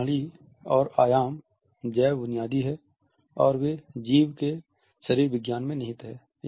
ये प्रणाली और आयाम जैव बुनियादी हैं और वे जीव के शरीर विज्ञान में निहित हैं